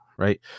Right